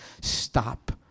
stop